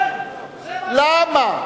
למה?